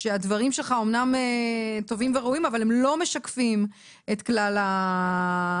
שהדברים שלך אומנם טובים וראויים אבל הם לא משקפים את כלל הניצולים,